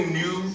new